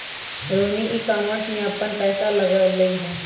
Rohini e commerce में अप्पन पैसा लगअलई ह